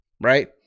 right